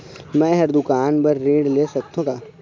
मैं हर दुकान बर ऋण ले सकथों का?